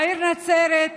העיר נצרת,